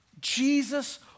Jesus